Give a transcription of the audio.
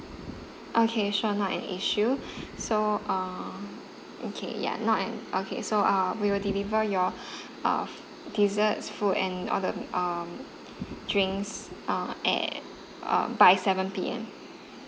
okay sure not an issue so uh okay ya not an okay so uh we will deliver your uh desserts food and all the um drinks uh at um by seven P_M